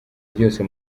ryose